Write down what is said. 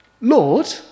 Lord